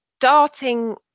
starting